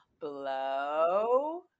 blow